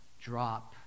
drop